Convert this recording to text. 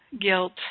guilt